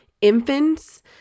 infants